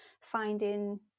finding